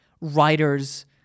writers